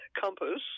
compass